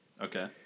Okay